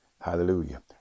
Hallelujah